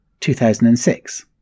2006